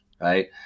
Right